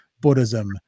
Buddhism